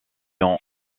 ont